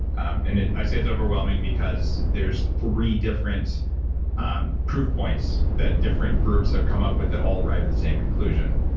and i say it's overwhelming because there's three different um proof points that different groups have come up with that all arrive at the same conclusion.